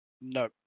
No